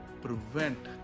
prevent